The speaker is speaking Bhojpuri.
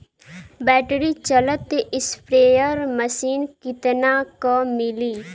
बैटरी चलत स्प्रेयर मशीन कितना क मिली?